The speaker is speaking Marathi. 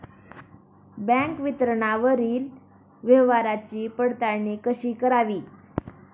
बँक विवरणावरील व्यवहाराची पडताळणी कशी करावी?